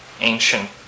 ancient